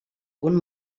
punt